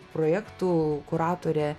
projektų kuratorė